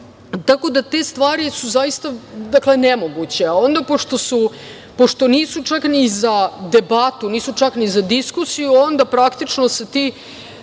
Tako da te stvari su zaista nemoguće, a onda pošto nisu čak ni za debatu, nisu čak ni za diskusiju, onda praktično se ti,